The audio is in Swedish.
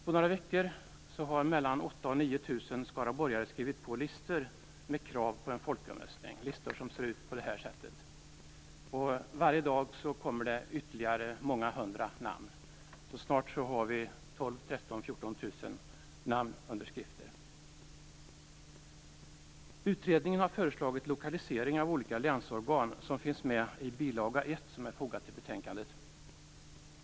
På några veckor har mellan 8 000 och 9 000 skaraborgare skrivit på listor med krav på en folkomröstning. Varje dag tillkommer ytterligare många hundra namn. Snart har vi 12 000-14 000 namnunderskrifter. Utredningen har föreslagit lokalisering av olika länsorgan som finns med i bilaga 1, som är fogad till betänkandet.